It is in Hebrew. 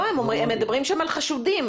הם מדברים שם על חשודים,